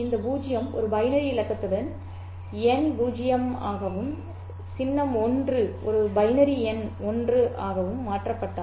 இந்த 0 ஒரு பைனரி இலக்கத்துடன் எண் 0 ஆகவும் சின்னம் 1 ஒரு பைனரி எண் 1 ஆகவும் மாற்றப்பட்டால்